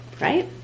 Right